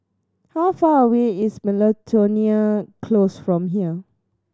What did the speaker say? how far away is Miltonia Close from here